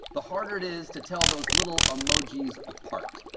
the harder it is to tell those little emojis apart.